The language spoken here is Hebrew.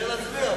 התש"ע 2010,